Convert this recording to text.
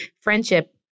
friendship